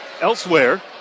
Elsewhere